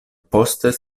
poste